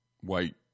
white